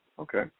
Okay